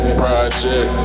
project